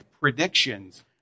predictions